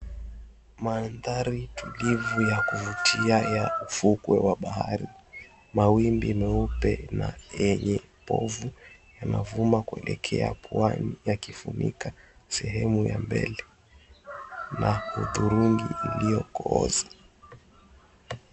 Mandhari tulivu ya kuvutia ya ufukwe wa bahari. Mawimbi meupe na yenye povu yanavuma kuelekea pwani yakifunika sehemu ya mbele na hudhurungi iliokooza.